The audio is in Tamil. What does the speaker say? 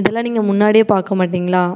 இதில் நீங்கள் முன்னாடியே பார்க்க மாட்டிங்களா